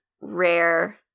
rare